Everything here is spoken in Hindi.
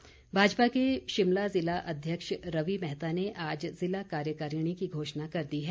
रवि मैहता भाजपा के शिमला जिला अध्यक्ष रवि मैहता ने आज जिला कार्यकारिणी की घोषणा कर दी है